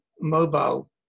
mobile